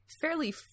fairly